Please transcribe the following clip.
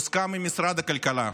מוסכם עם משרד הכלכלה.